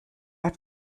hat